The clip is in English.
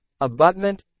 abutment